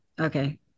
Okay